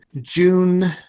June